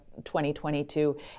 2022